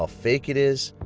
ah fake it is.